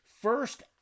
first